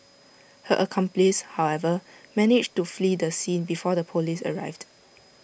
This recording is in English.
her accomplice however managed to flee the scene before the Police arrived